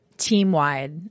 Team-wide